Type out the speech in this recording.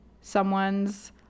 someone's